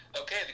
Okay